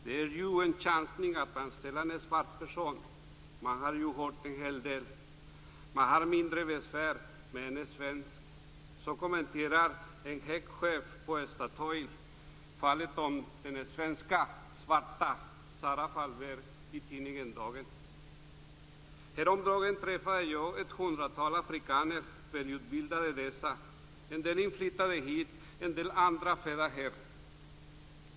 "Det är ju en chansning att anställa en svart person, man har ju hört en del. Man har mindre besvär med en svensk." Så kommenterade en hög chef på Statoil fallet med den svenska svarta Häromdagen träffade jag ett hundratal välutbildade afrikaner. En del var inflyttade hit, andra var födda här.